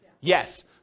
yes